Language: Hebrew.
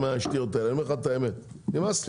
אומר לך את האמת, נמאס לי.